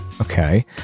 Okay